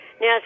Now